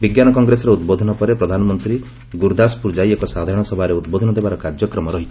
ବିଜ୍ଞାନ କଂଗ୍ରେସର ଉଦ୍ବୋଧନ ପରେ ପ୍ରଧାନମନ୍ତ୍ରୀ ଗୁରୁଦାସପୁର ଯାଇ ଏକ ସାଧାରଣ ସଭାରେ ଉଦ୍ବୋଧନ ଦେବାର କାର୍ଯ୍ୟକ୍ରମ ରହିଛି